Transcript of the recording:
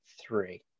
three